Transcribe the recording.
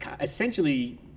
essentially